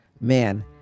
man